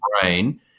brain